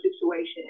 situation